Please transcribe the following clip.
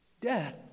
Death